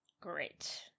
Great